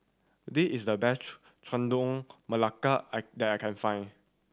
this is the best Chendol Melaka I that I can find